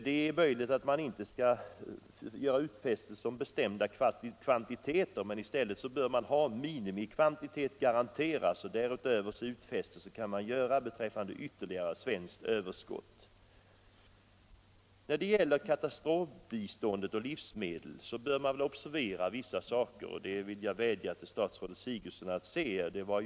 Det är möjligt att man inte skall göra utfästelser om bestämda kvantiteter, men i stället bör minimikvantitet garanteras. Därutöver kan man göra utfästelser beträffande ytterligare svenskt överskott. När det gäller katastrofbistånd och livsmedel bör man observera vissa saker, och jag vill vädja till statsrådet Sigurdsen att se på dem.